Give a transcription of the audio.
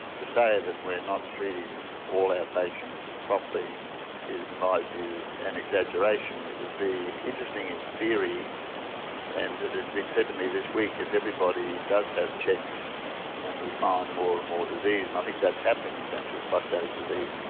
to say that we're not treating all our patients properly is in my view an exaggeration, it would be interesting in theory and it has been said to me this week, if everybody does have checks and we find more and more disease, and i think that's happening in terms of prostatic disease,